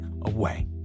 away